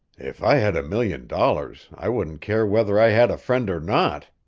if i had a million dollars i wouldn't care whether i had a friend or not,